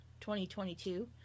2022